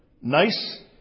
nice